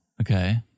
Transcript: Okay